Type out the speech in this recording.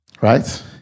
right